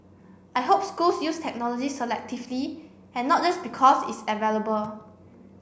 I hope schools use technology selectively and not just because it's available